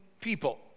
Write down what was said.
people